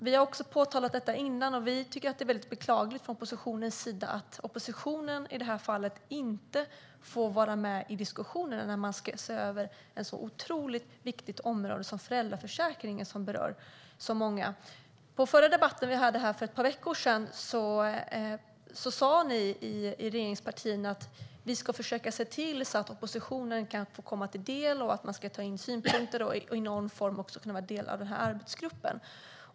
Vi har påtalat tidigare att vi från oppositionens sida tycker att det är beklagligt att vi i det här fallet inte får vara med i diskussionerna när man ska se över ett så otroligt viktigt område som föräldraförsäkringen som berör så många. I en debatt som vi hade här för ett par veckor sedan sa ni i regeringspartierna att ni ska försöka se till att oppositionen kan få komma till tals, att ni ska ta in oppositionens synpunkter och att vi i någon form också ska kunna vara del av arbetsgruppen.